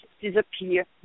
disappear